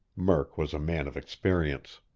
murk was a man of experience.